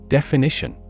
Definition